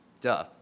Duh